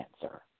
cancer